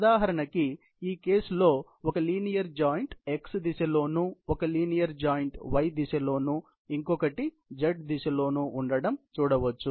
ఉదాహరణకి ఈ కేసులో ఒక లీనియర్ జాయింట్ x దిశ లోను ఒక లీనియర్ జాయింట్ y దిశ లోను ఇంకొకటి z దిశ లో ఉండడం చూడవచ్చు